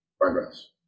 progress